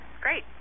Great